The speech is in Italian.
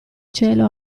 cielo